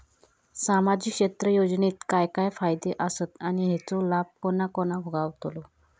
सामजिक क्षेत्र योजनेत काय काय फायदे आसत आणि हेचो लाभ कोणा कोणाक गावतलो?